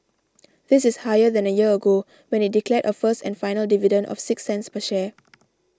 this is higher than a year ago when it declared a first and final dividend of six cents per share